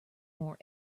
more